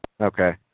Okay